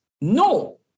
No